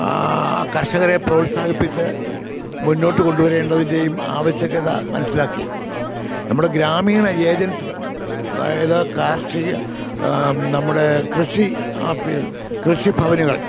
ആ കർഷകരെ പ്രോത്സാഹിപ്പിച്ച് മുന്നോട്ടു കൊണ്ടുവരേണ്ടതിൻ്റെയും ആവശ്യകത മനസ്സിലാക്കി നമ്മുടെ ഗ്രാമീണ ഏജൻസികൾ അതായത് കാർഷിക നമ്മുടെ കൃഷി ആഫീസ് കൃഷിഭവനുകൾ